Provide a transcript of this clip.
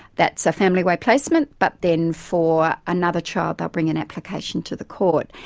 that's a family way placement, but then for another child they'll bring an application to the court,